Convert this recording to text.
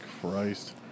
Christ